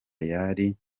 yari